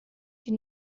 die